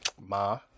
Ma